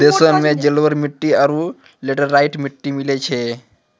देशो मे जलोढ़ मट्टी आरु लेटेराइट मट्टी मिलै छै